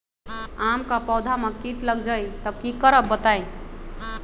आम क पौधा म कीट लग जई त की करब बताई?